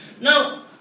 Now